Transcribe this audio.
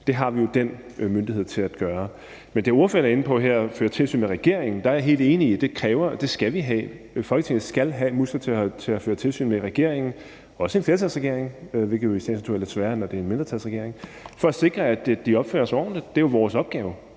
Det har vi jo den myndighed til at sikre. Men i forhold til det, ordføreren er inde på her, nemlig at føre tilsyn med regeringen, er jeg helt enig i, at det kræves, og at det skal vi have. Folketinget skal have muskler til at føre tilsyn med regeringen, også en flertalsregering, hvilket jo i sagens natur er lidt sværere, end når det er en mindretalsregering, for at sikre, at de opfører sig ordentligt. Det er jo vores opgave.